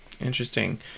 interesting